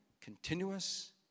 continuous